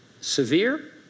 severe